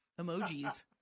Emojis